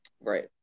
Right